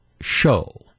show